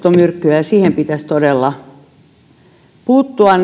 ovat myrkkyä ja siihen pitäisi todella puuttua